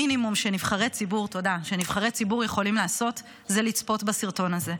המינימום שנבחרי ציבור יכולים לעשות זה לצפות בסרטון הזה.